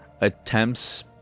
attempts